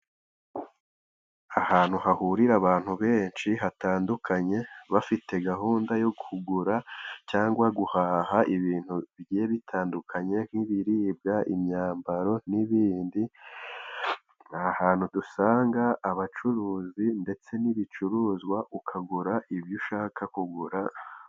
Ahantu hahurira abantu benshi hatandukanye bafite gahunda yo kugura cyangwa guhaha ibintu bigiye bitandukanye nk'ibiribwa, imyambaro n'ibindi. Ni ahantu dusanga abacuruzi ndetse n'ibicuruzwa ukagura ibyo ushaka kugura.